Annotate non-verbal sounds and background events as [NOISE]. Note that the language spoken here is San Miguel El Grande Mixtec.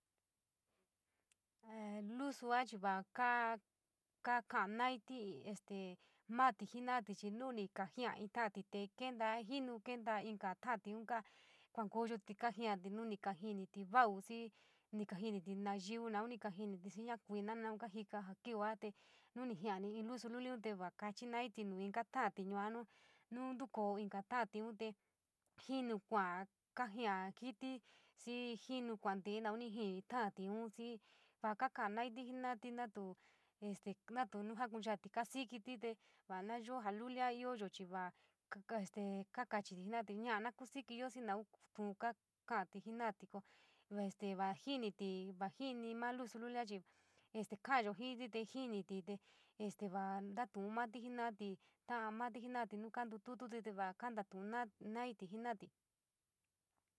[HESITATION] lusua chii va kaa kakanaití este mati jenati, chii nuni kajia ín ta’ati te kenta jinu kenta inca ta’atiun, ka kuankoyoti kaja’ati nu ni kajiniti vau, xii ni kajiniti nayiu ni kajiniti ñakuina naun, kajika jaa kiuua te nuu ni jia’ani in lusu lutiun, te va kachi naii nuu inka ta’ati te yua nu nu ntukoo inka ta’atiun te jinu kua’a kajia jiti xii jinu kuante’e naun ni jini- la’atiun, jii vaa ka ka’a naiiti jina’ati natu este natu nu jakunchacati kasikiti, te vaa nayi jalulia iooyo chii vas este kakachi jenati, ña’a kusikiyo, xii naun tu’un ka ka’ati jena’ati ko ws este jiniti va jini maa lusu lulia, este ka’ayo jiiti te jiniti te este vaa notu’un mati jena’ati ta’a mati jena’ati nu kantututi tee vaa kantatu’u na naiti jena’ati.